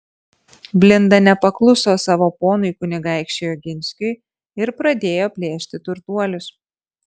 blinda nepakluso savo ponui kunigaikščiui oginskiui ir pradėjo plėšti turtuolius